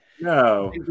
No